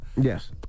Yes